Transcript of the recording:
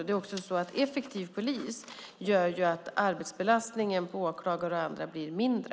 Det är också så att effektiv polis gör att arbetsbelastningen på åklagare och andra blir mindre.